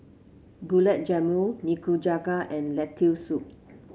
Gulab Jamun Nikujaga and Lentil Soup